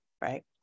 right